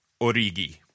Origi